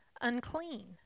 unclean